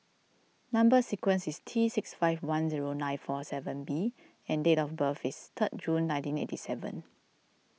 Number Sequence is T six five one zero nine four seven B and date of birth is third June nineteen eighty seven